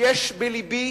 שיש בלבי